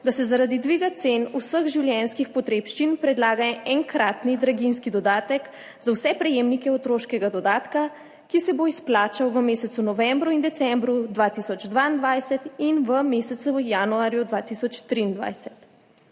da se zaradi dviga cen vseh življenjskih potrebščin predlaga enkratni draginjski dodatek za vse prejemnike otroškega dodatka, ki se bo izplačal v mesecu novembru in decembru 2022 in v mesecu januarju 2023.